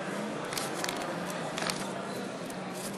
הצבעת האי-אמון של המחנה הציוני, ההצבעה: